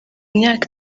myaka